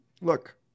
Look